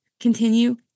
continue